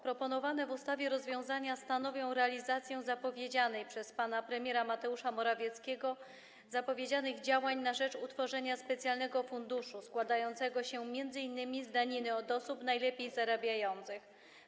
Proponowane w ustawie rozwiązania stanowią realizację zapowiedzianych przez pana premiera Mateusza Morawieckiego działań na rzecz utworzenia specjalnego funduszu, składającego się m.in. z daniny od osób najlepiej zarabiających.